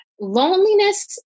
Loneliness